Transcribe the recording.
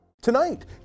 Tonight